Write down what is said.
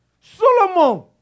Solomon